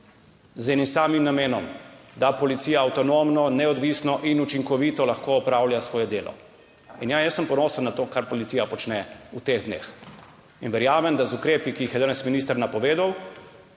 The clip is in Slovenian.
z enim samim namenom, da policija avtonomno, neodvisno in učinkovito lahko opravlja svoje delo. In ja, jaz sem ponosen na to, kar policija počne v teh dneh. In verjamem, da z ukrepi, ki jih je danes minister napovedal,